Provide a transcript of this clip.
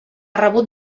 rebut